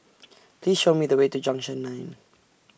Please Show Me The Way to Junction nine